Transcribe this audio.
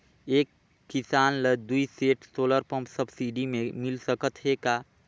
एक किसान ल दुई सेट सोलर पम्प सब्सिडी मे मिल सकत हे का?